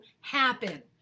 happen